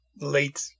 late